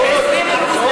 חבר הכנסת